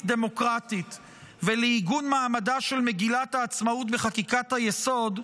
דמוקרטית ולעיגון מעמדה של מגילת העצמאות וחקיקת היסוד,